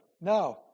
no